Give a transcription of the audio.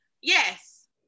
yes